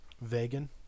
Vegan